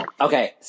Okay